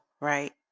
right